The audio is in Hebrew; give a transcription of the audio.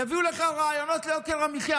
יביאו לך רעיונות ליוקר המחיה,